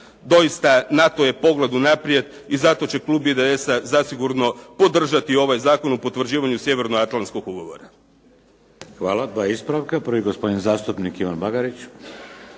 doista NATO je pogled unaprijed i zato će klub IDS-a zasigurno podržati ovaj Zakon o potvrđivanju Sjevernoatlantskog ugovora. **Šeks, Vladimir (HDZ)** Hvala. Dva ispravka. Prvi gospodin zastupnik Ivan Bagarić.